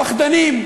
"פחדנים".